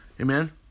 Amen